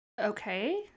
okay